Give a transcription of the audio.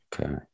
Okay